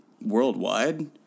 Worldwide